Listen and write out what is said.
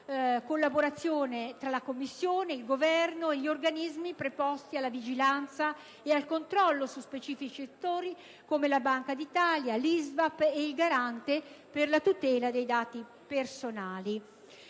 collaborazione tra la Commissione, il Governo e gli organismi preposti alla vigilanza e al controllo su specifici settori, come la Banca d'Italia, l'ISVAP e il Garante per la protezione dei dati personali.